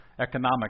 economic